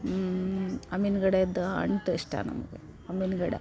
ಅಮೀನ್ಗಢದ ಅಂಟು ಇಷ್ಟ ನಮಗೆ ಅಮೀನಗಢ